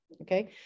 Okay